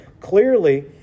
clearly